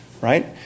right